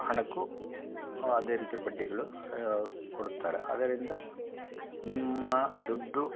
ಹಣಕ್ಕೂ ಅದೇ ರೀತಿ ಬಡ್ಡಿಗಳು ಕೊಡುತ್ತಾರೆ ಅದರಿಂದ ನಿಮ್ಮ ದುಡ್ಡು